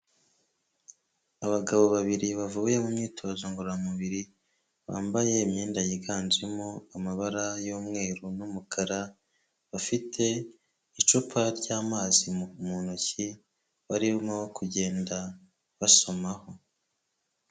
Abagabo babiri bavuye mu myitozo ngororamubiri, bambaye imyenda yiganjemo amabara y'umweru n'umukara, bafite icupa ry'amazi mu ntoki, barimo kugenda basomaho.